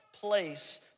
place